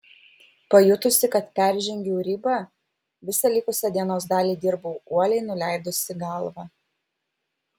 pajutusi kad peržengiau ribą visą likusią dienos dalį dirbau uoliai nuleidusi galvą